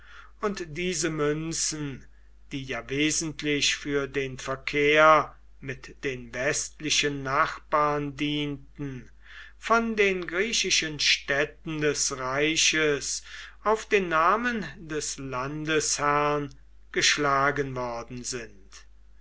und diese münzen die ja wesentlich für den verkehr mit den westlichen nachbarn dienten von den griechischen städten des reiches auf den namen des landesherrn geschlagen worden sind